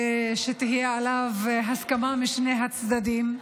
ושתהיה עליו הסכמה משני הצדדים.